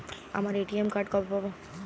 আমার ATM card কবে পাব?